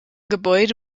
gebäude